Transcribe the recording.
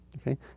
Okay